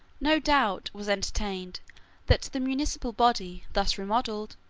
no doubt was entertained that the municipal body, thus remodelled,